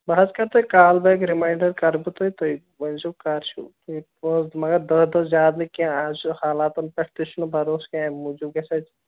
بہٕ حظ کَرٕ تۄہہِ کال بیک رِمایِنٛڈَر کَرٕ بہٕ تۄہہِ تُہۍ ؤنۍ زیٚو کَر چھُو ییٚتہِ پۅنٛسہٕ مگر دٔہ دٔہ زیادٕ نہٕ کیٚنٛہہ اَز چھُ حالاتَن پٮ۪ٹھ تہِ چھُنہٕ بروسہٕ کیٚنٛہہ اَمہِ موٗجوٗب گژھِ اَتہِ